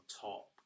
top